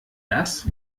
das